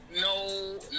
No